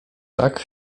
tak